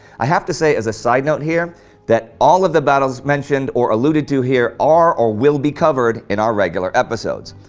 i have to say as a side note here that all of the battles mentioned or alluded to here are or will be covered in our regular episodes.